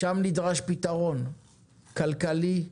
שם נדרש פתרון כלכלי,